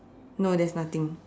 no there's nothing